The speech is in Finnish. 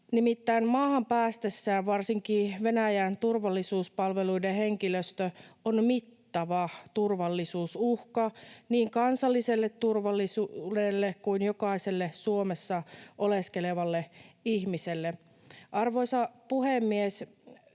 Nimittäin maahan päästessään varsinkin Venäjän turvallisuuspalveluiden henkilöstö on mittava turvallisuusuhka niin kansalliselle turvallisuudelle kuin jokaiselle Suomessa oleskelevalle ihmiselle. Arvoisa puhemies!